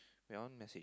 wait I want message